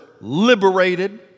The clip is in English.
liberated